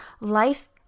life